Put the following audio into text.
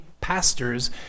pastors